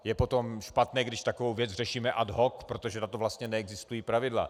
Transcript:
Je potom špatné, když takovou věc řešíme ad hoc, protože na to vlastně neexistují pravidla.